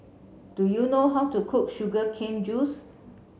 do you know how to cook sugar cane juice